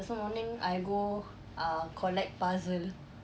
just now morning I go uh collect puzzle